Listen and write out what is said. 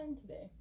today